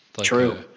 true